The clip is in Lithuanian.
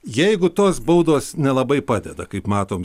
jeigu tos baudos nelabai padeda kaip matom